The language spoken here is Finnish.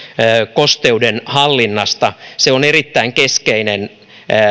kosteuden hallinnasta on erittäin keskeinen